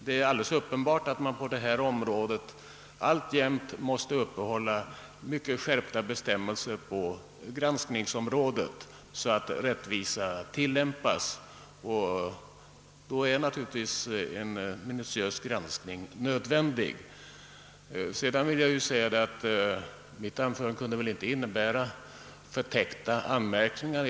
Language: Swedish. Det är uppenbart att vi alltjämt måste ställa stränga krav på granskningen, eftersom en minutiös granskning är nödvändig om rättvisa skall kunna iakttas. Sedan vill jag säga att mitt förra anförande inte innebar några förtäckta anmärkningar.